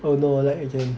oh no lag again